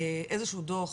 איזשהו דוח